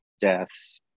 deaths